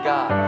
God